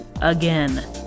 again